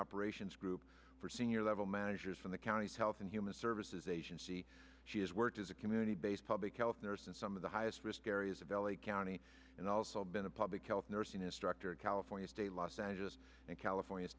operations group for senior level managers from the county's health and human services agency she has worked as a community based public health nurse in some of the highest risk areas of l a county and also been a public health nursing instructor at california state los angeles and california